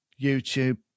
YouTube